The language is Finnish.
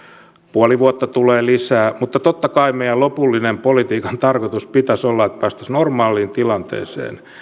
puoli vuotta lisää mutta totta kai meidän lopullisen politiikan tarkoituksen pitäisi olla että päästäisiin normaaliin tilanteeseen